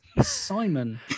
Simon